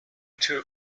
two